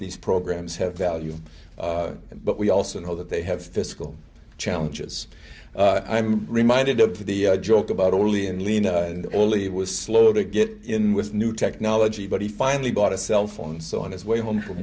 these programs have value but we also know that they have physical challenges i'm reminded of the joke about only and lena and ollie was slow to get in with new technology but he finally bought a cell phone so on his way home from